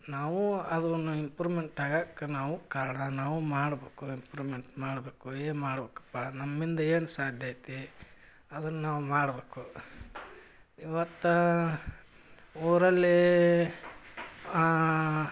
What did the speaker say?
ನಾವೂ ಅದನ್ನು ಇಂಪ್ರೂವ್ಮೆಂಟ್ ಆಗಕ್ಕ ನಾವೂ ಕಾರಣ ನಾವೂ ಮಾಡಬೇಕು ಇಂಪ್ರೂವ್ಮೆಂಟ್ ಮಾಡಬೇಕು ಏನು ಮಾಡಬೇಕಪ್ಪ ನಮ್ಮಿಂದ ಏನು ಸಾಧ್ಯ ಐತಿ ಅದನ್ನು ನಾವು ಮಾಡಬೇಕು ಇವತ್ತು ಊರಲ್ಲಿ